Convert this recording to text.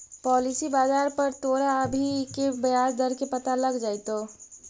policy बाजार पर तोरा अभी के ब्याज दर के पता लग जाइतो